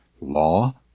Law